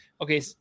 okay